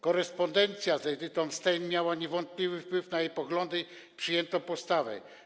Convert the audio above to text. Korespondencja z Edytą Stein miała niewątpliwie wpływ na jej poglądy i przyjętą postawę.